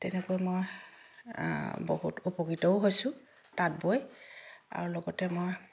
তেনেকৈ মই বহুত উপকৃতও হৈছোঁ তাঁত বৈ আৰু লগতে মই